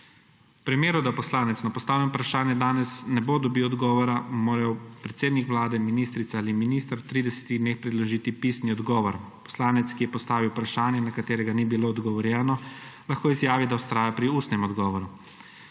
V primeru, da poslanec na postavljeno vprašanje danes ne bo dobil odgovora, mu morajo predsednik Vlade, ministrica ali minister v 30 dneh predložiti pisni odgovor. Poslanec, ki je postavil vprašanje, na katerega ni bilo odgovorjeno, lahko izjavi, da vztraja pri ustnem odgovoru.